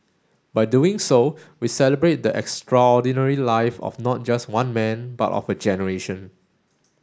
by doing so we celebrate the extraordinary life of not just one man but of a generation